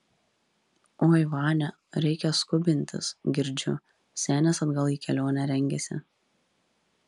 oi vania reikia skubintis girdžiu senis atgal į kelionę rengiasi